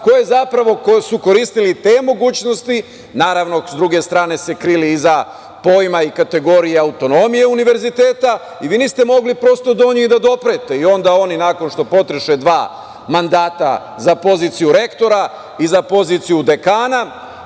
koji su koristili te mogućnosti. Naravno, s druge strane se krili iza pojma i kategorija autonomije univerziteta i vi niste mogli prosto do njih da doprete. Onda oni nakon što potroše dva mandata za poziciju rektora i za poziciju dekana,